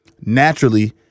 naturally